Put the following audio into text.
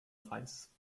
reis